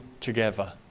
together